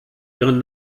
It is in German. ihren